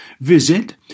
Visit